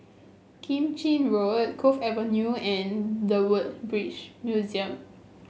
Keng Chin Road Cove Avenue and The Woodbridge Museum